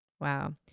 Wow